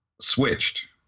switched